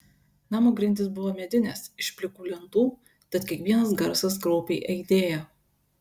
namo grindys buvo medinės iš plikų lentų tad kiekvienas garsas kraupiai aidėjo